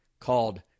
called